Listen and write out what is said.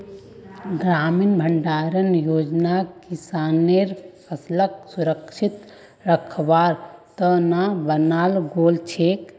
ग्रामीण भंडारण योजना किसानेर फसलक सुरक्षित रखवार त न बनाल गेल छेक